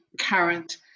current